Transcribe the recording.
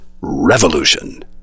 Revolution